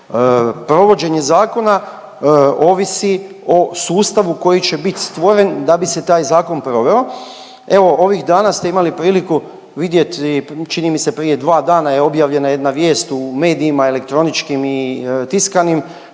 Provođenje zakona ovisi o sustavu koji će bit stvoren da bi se taj Zakon proveo. Evo, ovih dana ste imali priliku vidjeti, čini mi se, prije 2 dana je objavljena jedna vijest u medijima elektroničkim i tiskanim,